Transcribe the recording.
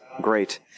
Great